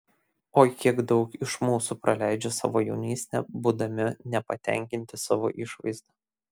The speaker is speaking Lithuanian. oi kiek daug iš mūsų praleidžia savo jaunystę būdami nepatenkinti savo išvaizda